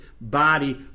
body